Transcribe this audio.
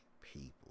people